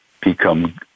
become